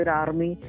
army